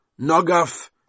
Nogaf